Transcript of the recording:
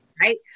Right